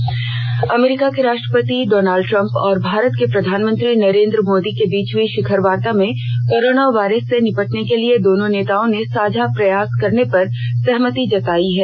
corona America के राष्ट्रपति Donald Trump और भारत के प्रधानमंत्री नरेंद्र मोदी के बीच हई षिखर वाता में कोरोना वायरस से निपटने के लिए दोनों नेताओं ने साझा प्रयास करने पर सहमति जताई है